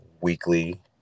weekly